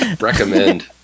Recommend